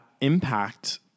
impact